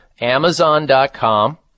Amazon.com